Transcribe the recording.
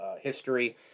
history